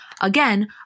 Again